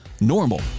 normal